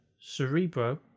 Cerebro